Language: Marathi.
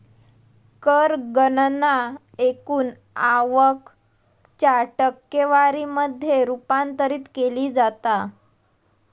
कर गणना एकूण आवक च्या टक्केवारी मध्ये रूपांतरित केली जाता